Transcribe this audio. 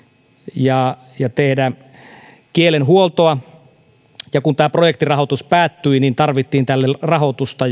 ja ja tehdä kielenhuoltoa ja kun tämä projektirahoitus päättyi niin tarvittiin tälle rahoitusta